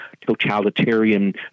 totalitarian